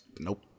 Nope